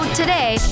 today